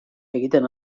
egiten